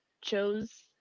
chose